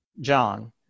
John